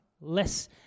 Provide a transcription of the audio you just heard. less